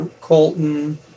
Colton